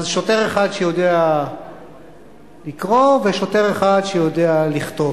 שוטר אחד שיודע לקרוא ושוטר אחד שיודע לכתוב.